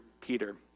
Peter